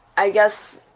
i guess,